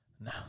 No